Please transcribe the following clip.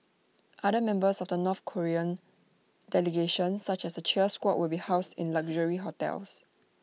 other members of the north Korean delegation such as the cheer squad will be housed in luxury hotels